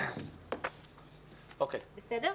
בסדר?